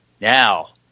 Now